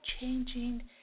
changing